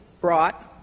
brought—